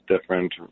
different